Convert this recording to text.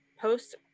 post